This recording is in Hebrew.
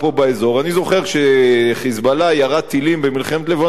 אני זוכר שכש"חיזבאללה" ירה טילים במלחמת לבנון השנייה,